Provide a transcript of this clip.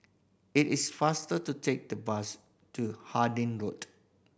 it is faster to take the bus to Harding Road